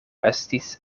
estis